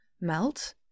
melt